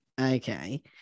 Okay